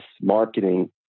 marketing